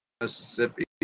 Mississippi